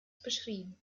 beschrieben